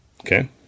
Okay